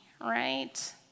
right